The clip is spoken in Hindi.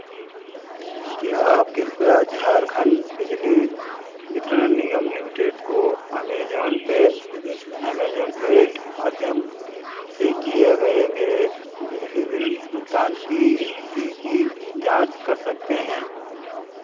क्या आप कृपया झारखंड बिजली वितरण निगम लिमिटेड को अमेजौन पे अमेजौन पे के माध्यम से किए गए मेरे बिजली बिल भुगतान की स्थिति की जाँच कर सकते हैं